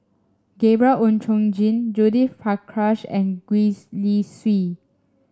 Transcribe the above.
Gabriel Oon Chong Jin Judith Prakash and Gwee Li Sui